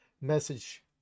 message